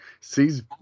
Sees